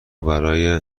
برای